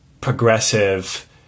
progressive